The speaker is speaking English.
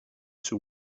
two